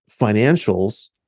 financials